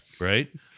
Right